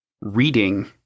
reading